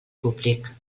públic